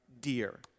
dear